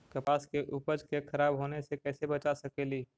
कपास के उपज के खराब होने से कैसे बचा सकेली?